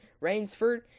Rainsford